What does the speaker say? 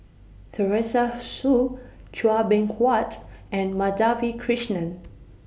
Teresa Hsu Chua Beng Huat and Madhavi Krishnan